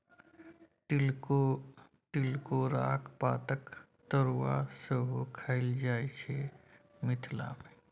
तिलकोराक पातक तरुआ सेहो खएल जाइ छै मिथिला मे